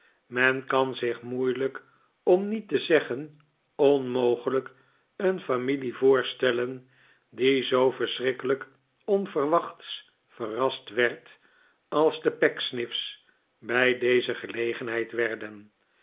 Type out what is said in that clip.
men kan zich moeilijk om niet te zeggen onmogelijk een familie voorstellen die zoo verschrikkelijk onverwachts verrast werd als de pecksniffs bij deze gelegenheid werden